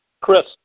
Chris